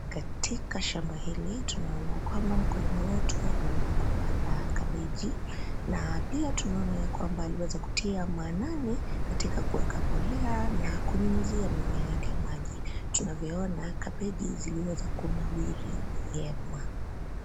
Katika shamba hili tunaona kwamba mkulima wetu aliweza kupanda kabeji na pia tunaona ya kwamba aliweza kutia maanani katika kuweka mbolea na kunyunyizia mimea yake maji. Tunavyoona kabeji ziliweza kunawiri vyema.